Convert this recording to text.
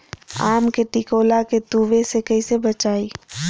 आम के टिकोला के तुवे से कैसे बचाई?